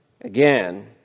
again